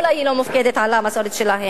אולי היא לא מופקדת על המסורת שלהם.